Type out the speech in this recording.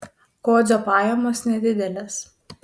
kodzio pajamos nedidelės